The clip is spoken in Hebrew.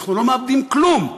אנחנו לא מאבדים כלום.